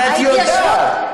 ואת יודעת,